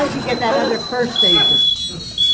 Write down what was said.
get that other first agent?